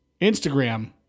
Instagram